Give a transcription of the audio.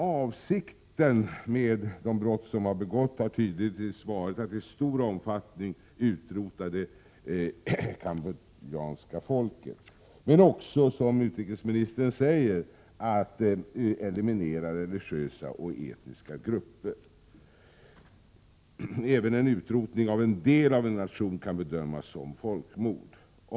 Avsikten med de brott som har begåtts har tydligtvis varit att i stor omfattning utrota det cambodjanska folket men också, som utrikesministern säger, att eliminera religiösa och etniska grupper. Även en utrotning av en del av en nation kan bedömas som ett folkmord.